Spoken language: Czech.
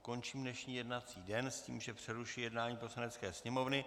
Končím dnešní jednací den s tím, že přerušuji jednání Poslanecké sněmovny.